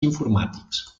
informàtics